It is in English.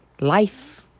life